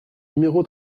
numéro